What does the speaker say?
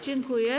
Dziękuję.